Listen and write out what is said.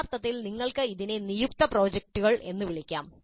യഥാർത്ഥത്തിൽ നിങ്ങൾക്ക് ഇതിനെ നിയുക്ത പ്രോജക്റ്റുകൾ എന്ന് വിളിക്കാം